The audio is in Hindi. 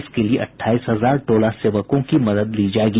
इसके लिये अठाईस हजार टोला सेवकों की मदद ली जायेगी